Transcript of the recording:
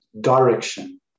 direction